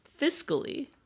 fiscally